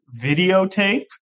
videotape